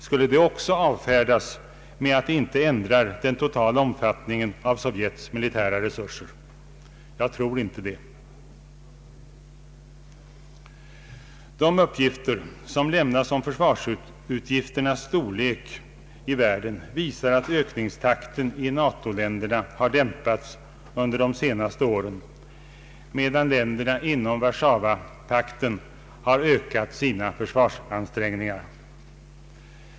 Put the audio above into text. Skulle det också avfärdas med att det inte ändrar den totala omfattningen av Sovjets militära resurser? Jag tror inte det. De uppgifter som lämnas om försvarsutgifternas storlek i världen visar att ökningstakten i NATO-länderna har dämpats något under de senaste åren, medan länderna inom Warszawa-pakten har ökat sina försvarsansträngningar.